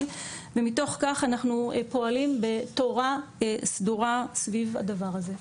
ומתוך כך אנחנו פועלים בתורה סדורה סביב הדבר הזה.